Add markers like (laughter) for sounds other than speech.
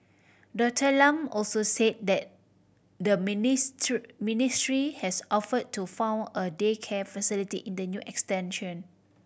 Doctor Lam also say that the (unintelligible) ministry has offered to fund a daycare facility in the new extension